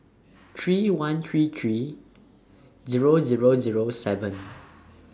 three one three three Zero Zero Zero seven